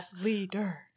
leader